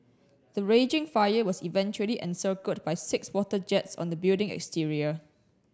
the raging fire was eventually encircled by six water jets on the building exterior